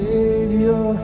Savior